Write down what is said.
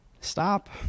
stop